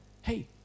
hey